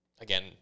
again